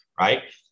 right